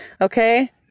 Okay